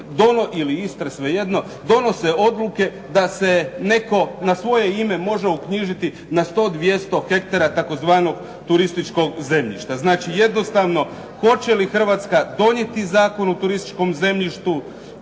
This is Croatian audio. ili Istre, svejedno donose odluke da se netko na svoje ime može uknjižiti na 100, 200 hektara tzv. turističkog zemljišta. Znači, jednostavno hoće li Hrvatska donijeti Zakon o turističkom zemljištu